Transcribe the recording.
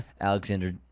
Alexander